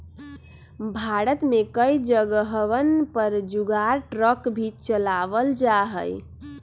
भारत में कई जगहवन पर जुगाड़ ट्रक भी चलावल जाहई